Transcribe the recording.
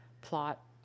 plot